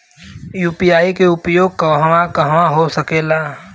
UPI के उपयोग कहवा कहवा हो सकेला?